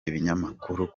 ibinyamakuru